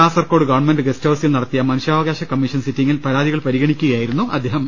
Kasaragod government guest ഹൌസിൽ നടത്തിയ മനുഷ്യാവകാശ കമ്മീഷൻ സിറ്റിംഗിൽ പരാതികൾ പരിഗണിക്കുകയായിരുന്നു അദ്ദേഹം